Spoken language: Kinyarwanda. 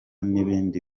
n’ibindi